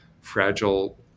fragile